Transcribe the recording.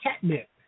catnip